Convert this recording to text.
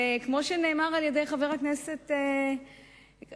וכמו שנאמר על-ידי חבר הכנסת כרמל שאמה,